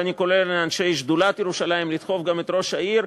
ואני קורא לאנשי שדולת ירושלים לדחוף גם את ראש העיר,